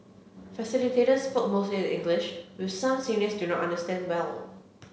facilitators speak mostly in English which some seniors do not understand well